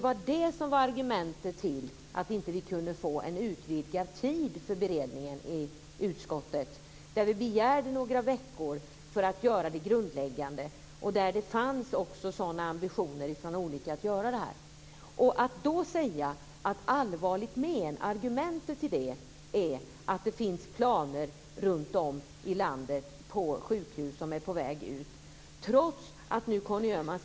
Vi begärde att få en utvidgad tid på några veckor för att göra en grundläggande beredning. Att säga att argumentet till detta förslag är att det runtom i landet nu finns planer på att lämna ut sjukhus är alldeles för vagt för att kunna accepteras.